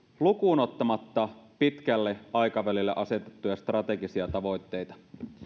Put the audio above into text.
lukuun ottamatta pitkälle aikavälille asetettuja strategisia tavoitteita